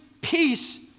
peace